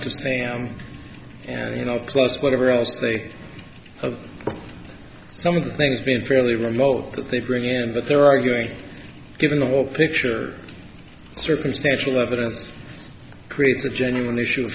sam and you know plus whatever else they have some of the things been fairly remote that they bring in that they're arguing given the whole picture circumstantial evidence creates a genuine issue